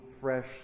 fresh